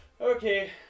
Okay